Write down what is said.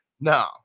No